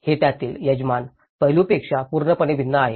हे त्यातील यजमान पैलूपेक्षा पूर्णपणे भिन्न आहे